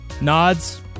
nods